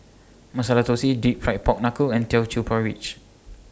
Masala Thosai Deep Fried Pork Knuckle and Teochew Porridge